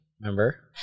Remember